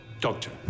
Doctor